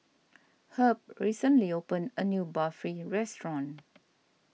Herb recently opened a new Barfi restaurant